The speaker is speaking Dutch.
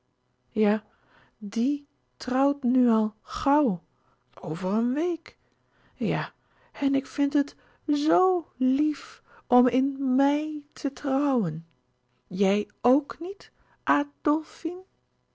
e trouwt nu al gaùw over een week ja en ik vind het zo lief om in m e i te trouwen jij ok niet adlfine